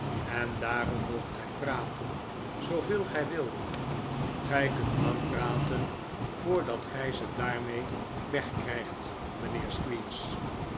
en daarom moogt gij praten zooveel gij wilt gij kunt lang praten voordat gij ze daarmee weg krijgt mijnheer